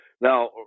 Now